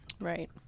Right